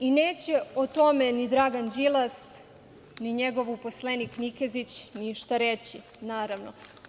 I neće o tome ni Dragan Đilas, ni njegov uposlenik Nikezić, ništa reći, naravno.